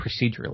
procedurally